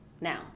now